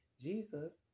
Jesus